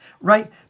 right